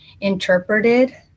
interpreted